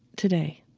today.